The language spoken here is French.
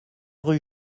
rue